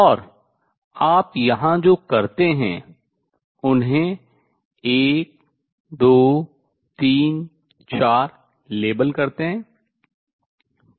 और आप यहाँ जो करते हैं उन्हें 1 2 3 4 लेबल करते हैं